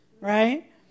right